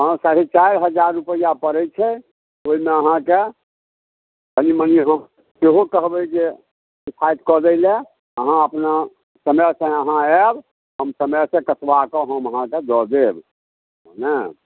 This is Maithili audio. हाँ साढ़े चारि हजार रुपैआ पड़ै छै ओइमे अहाँके कनि मनि हम सेहो कहबै जे किफायत कऽ दै लए अहाँ अपना समयसँ अहाँ आयब हम समयसँ कसबाकऽ हम अहाँके दऽ देब बुझलहुँ ने